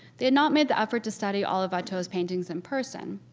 they had not made the effort to study all of watteau's paintings in person.